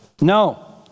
No